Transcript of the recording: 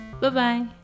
Bye-bye